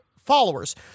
followers